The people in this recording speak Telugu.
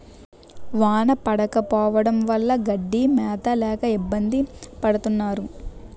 వాన పడకపోవడం వల్ల గడ్డి మేత లేక ఇబ్బంది పడతన్నావు